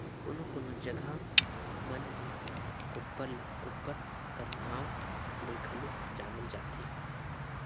कोनो कोनो जगहा मन मे कोप्पर ल कोपर कर नाव ले घलो जानल जाथे